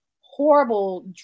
horrible